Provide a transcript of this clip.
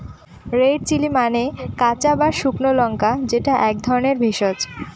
red chilli মানে কাঁচা বা শুকনো লঙ্কা যেটা এক ধরনের ভেষজ